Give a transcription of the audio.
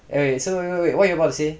okay so what you wanna say